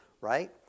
right